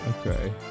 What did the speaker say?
Okay